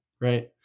right